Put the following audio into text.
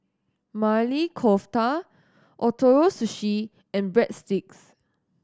Maili Kofta Ootoro Sushi and Breadsticks